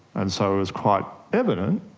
and so it was quite evident,